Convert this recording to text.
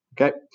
Okay